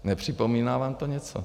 Nepřipomíná vám to něco?